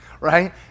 Right